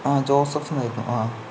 ആ ജോസഫ് എന്നായിരുന്നു ആ